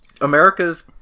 America's